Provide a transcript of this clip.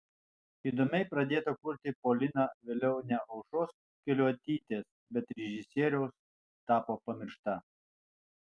įdomiai pradėta kurti polina vėliau ne aušros keliuotytės bet režisieriaus tapo pamiršta